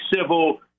civil